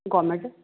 government